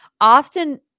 Often